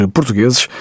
Portugueses